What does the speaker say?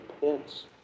Pence